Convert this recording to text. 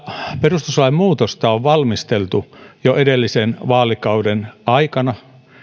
perustuslain muutosta on valmisteltu jo edellisen vaalikauden aikana